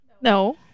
No